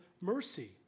mercy